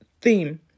theme